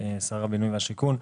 שר הבינוי והשיכון,